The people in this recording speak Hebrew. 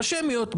בשמיות,